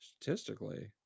statistically